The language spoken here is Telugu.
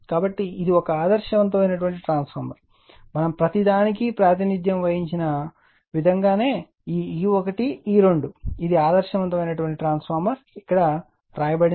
కాబట్టి ఇది ఒక ఆదర్శవంతమైన ట్రాన్స్ఫార్మర్ మనం ప్రతిదానికీ ప్రాతినిధ్యం వహించిన విధంగా ఈ E1 E2 ఇది ఆదర్శవంతమైన ట్రాన్స్ఫార్మర్ ఇక్కడ వ్రాయబడినది